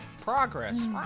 Progress